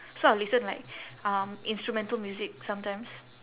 so I will listen like um instrumental music sometimes